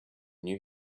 new